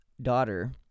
daughter